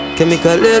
Chemical